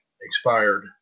expired